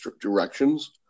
directions